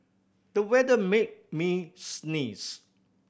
the weather made me sneeze